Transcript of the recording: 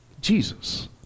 Jesus